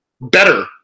better